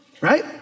right